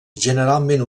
generalment